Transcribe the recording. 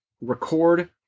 record